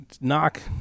knock